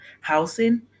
housing